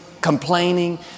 complaining